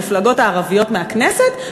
המפלגות הערביות מהכנסת,